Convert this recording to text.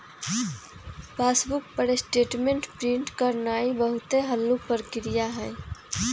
passbook पर statement print करानाइ बहुते हल्लुक प्रक्रिया हइ